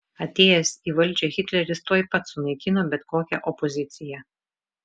atėjęs į valdžią hitleris tuoj pat sunaikino bet kokią opoziciją